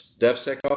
DevSecOps